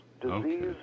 Disease